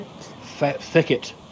thicket